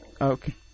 Okay